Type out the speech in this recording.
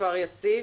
כפר יאסיף,